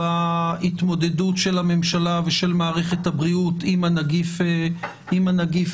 בהתמודדות של הממשלה ושל מערכת הבריאות עם הנגיף החדש,